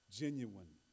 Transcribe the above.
genuine